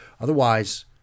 Otherwise